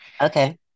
Okay